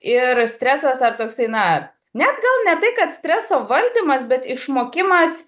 ir stresas ar toksai na net gal ne tai kad streso valdymas bet išmokimas